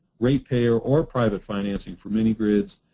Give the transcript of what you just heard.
ratepayer or private financing for mini-grids,